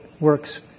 works